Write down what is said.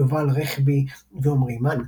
יובל רכבי ועמרי מן.